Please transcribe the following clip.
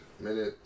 Minute